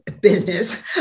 business